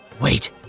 Wait